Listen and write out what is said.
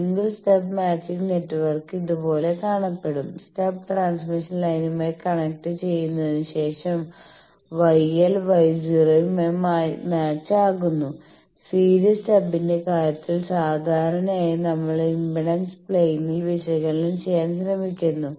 single stub matching network ഇതുപോലെ കാണപ്പെടും stub transmission ലൈനുമായി കണക്റ്റുചെയ്തതിനുശേഷം YL Y 0 മായി മാച്ച് ആകുന്നു സീരീസ് സ്റ്റബിന്റെ കാര്യത്തിൽ സാധാരണയായി നമ്മൾ ഇംപെഡൻസ് പ്ലെയിനിൽ വിശകലനം ചെയ്യാൻ ശ്രമിക്കുന്നു